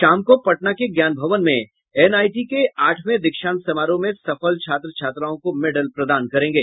शाम को पटना के ज्ञान भवन में एनआईटी के आठवें दीक्षांत समारोह में सफल छात्र छात्राओं को मेडल प्रदान करेंगे